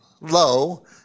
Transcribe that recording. low